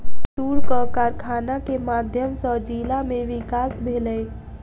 तूरक कारखाना के माध्यम सॅ जिला में विकास भेलै